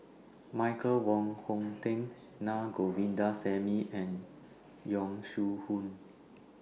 Michael Wong Hong Teng Na Govindasamy and Yong Shu Hoong